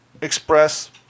express